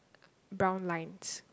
brown lines